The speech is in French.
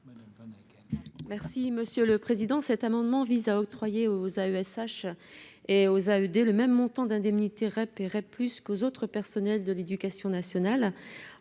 Merci monsieur le président,